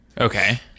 Okay